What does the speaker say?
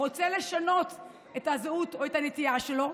רוצה לשנות את הזהות או את הנטייה שלו,